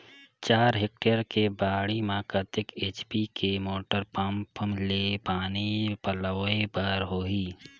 चार हेक्टेयर के बाड़ी म कतेक एच.पी के मोटर पम्म ले पानी पलोय बर होही?